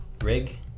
rig